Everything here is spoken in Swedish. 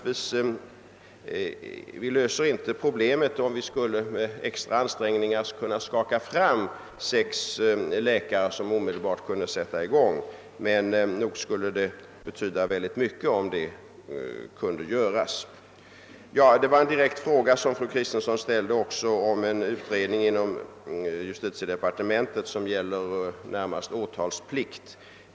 Vi löser inte problemet om vi med extra ansträngningar skulle kunna skaka fram sex läkare som omedelbart kunde sätta i gång, men nog skulle det betyda mycket om det kunde göras. Fru Kristensson ställde också en direkt fråga beträffande en utredning inom justitiedepariementet som närmast gäller åtalsplikt.